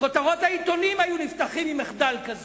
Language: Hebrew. העיתונים היו נפתחים עם מחדל כזה,